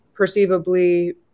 perceivably